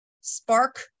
Spark